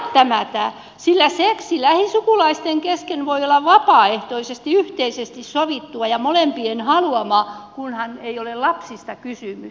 ei välttämättä sillä seksi lähisukulaisten kesken voi olla vapaaehtoisesti yhteisesti sovittua ja molempien haluamaa kunhan ei ole lapsista kysymys